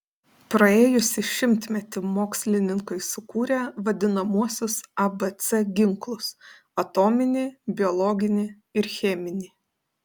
praėjusį šimtmetį mokslininkai sukūrė vadinamuosius abc ginklus atominį biologinį ir cheminį